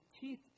teeth